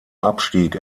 abstieg